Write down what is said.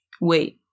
wait